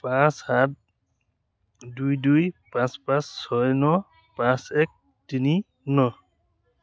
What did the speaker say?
পাঁচ সাত দুই দুই পাঁচ পাঁচ ছয় ন পাঁচ এক তিনি ন